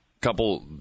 couple